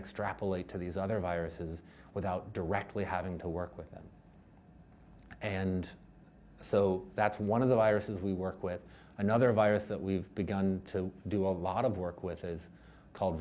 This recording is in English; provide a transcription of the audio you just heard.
extrapolate to these other viruses without directly having to work with them and so that's one of the viruses we work with another virus that we've begun to do a lot of work which is called